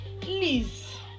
Please